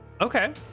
Okay